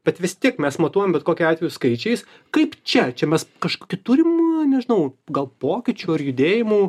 bet vis tiek mes matuojam bet kokiu atveju skaičiais kaip čia čia mes kažkokį turim nežinau gal pokyčių ar judėjimų